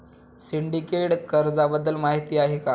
Syndicate कर्जाबद्दल माहिती आहे का?